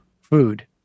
food